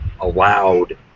allowed